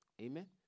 Amen